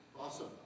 Awesome